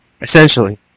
Essentially